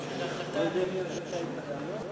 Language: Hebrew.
בלי הנאומים של האופוזיציה.